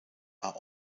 are